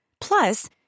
Plus